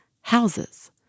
houses